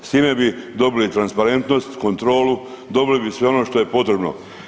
S time bi dobili transparentnost, kontrolu, dobili bi sve ono što je potrebno.